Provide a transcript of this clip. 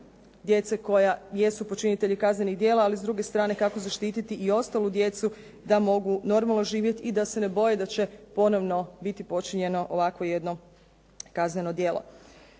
djece koja jesu počinitelji kaznenih djela, ali s druge strane kako zaštiti i ostalu djecu da mogu normalno živjeti i da se ne boje da će ponovno biti počinjeno ovakvo jedno kazneno djelo?